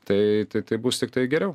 tai tai taip bus tiktai geriau